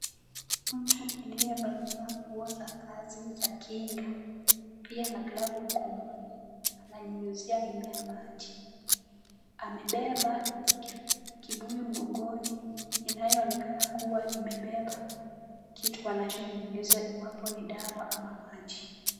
Mtu aliyevalia nguo za kazi za kinga, pia na glavu mkononi ananyunyizia mimea maji. Amebeba kibuyu mgongoni inyoonekana kuwa imebeba kitu anaponyunyiza iwapo ni dawa ama maji.